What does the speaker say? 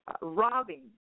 robbing